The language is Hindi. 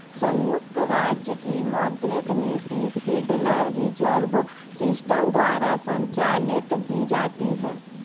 संयुक्त राज्य की मौद्रिक नीति फेडरल रिजर्व सिस्टम द्वारा संचालित की जाती है